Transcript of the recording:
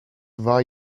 war